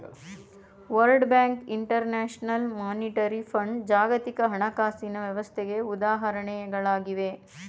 world Bank, International Monetary Fund ಜಾಗತಿಕ ಹಣಕಾಸಿನ ವ್ಯವಸ್ಥೆಗೆ ಉದಾಹರಣೆಗಳಾಗಿವೆ